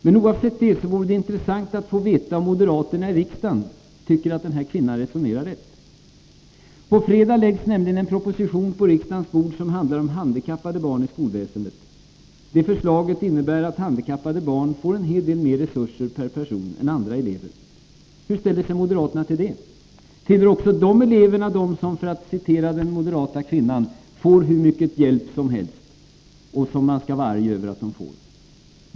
Men oavsett detta vore det intressant att få veta om moderaterna i riksdagen tycker att den här kvinnan resonerar rätt. På fredagen läggs nämligen en proposition på riksdagens bord som handlar om handikappade barn i skolväsendet. Regeringens förslag innebär att handikappade barn får en hel del mer resurser per person än andra elever. Hur ställer sig moderaterna till det? Tillhör också dessa elever dem som, för att citera den moderata kvinnan, får hur mycket hjälp som helst, och skall man vara arg över det?